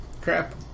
crap